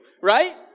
right